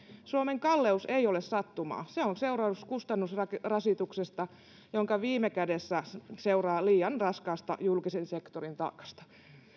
suomen kalleus ei ole sattumaa se on seuraus kustannusrasituksesta joka viime kädessä seuraa liian raskaasta julkisen sektorin taakasta